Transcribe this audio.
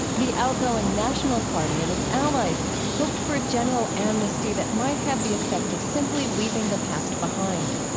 the outgoing national party and its allies hoped for a general amnesty that might have the effect of simply leaving the past behind.